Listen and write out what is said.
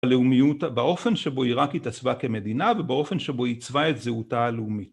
הלאומיות באופן שבו עיראק התעצבה כמדינה ובאופן שבו היא עיצבה את זהותה הלאומית